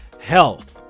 health